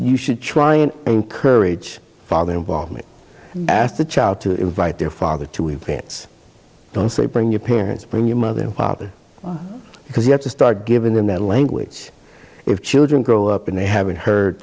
you should try and encourage father involvement asked the child to invite their father to have parents don't say bring your parents bring your mother and father because you have to start giving them their language if children grow up and they haven't heard